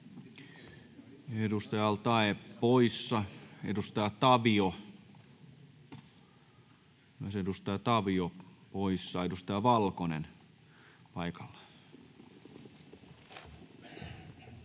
Edustaja Tavio, myös edustaja Tavio poissa. — Edustaja Valkonen, paikalla.